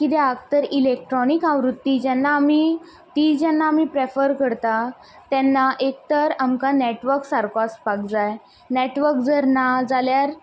कित्याक तर इलेक्ट्रोनीक आवृती जेन्ना आमी ती जेन्ना आमी प्रेफर करता तेन्ना एकतर आमकां नेटवर्क सारको आसपाक जाय नेटवर्क जर ना जाल्यार